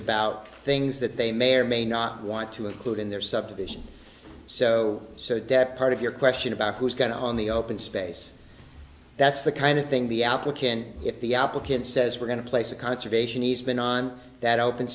about things that they may or may not want to include in their subdivision so so that part of your question about who's going on the open space that's the kind of thing the applicant if the applicant says we're going to place a conservation easement on that open